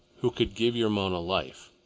who could give your mona life.